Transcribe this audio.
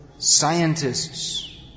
Scientists